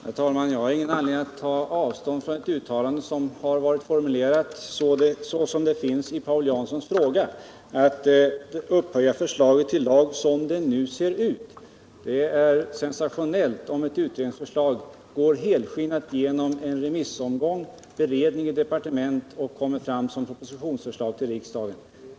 Herr talman! Jag har ingen anledning att ta avstånd från ett uttalande med den formulering som Paul Jansson använde i sin fråga, dvs. om det gäller att upphöja förslaget till lag som det nu ser ut. Det är sensationellt om ett utredningsförslag helskinnat klarar en remissomgång och beredning i departement och sedan kommer fram som propositionsförslag till riksdagen.